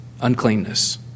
uncleanness